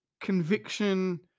conviction